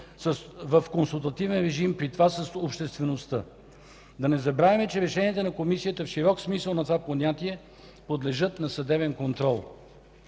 в консултативен режим, при това с обществеността. Да не забравяме, че решенията на Комисията в широк смисъл на това понятие подлежат на съдебен контрол.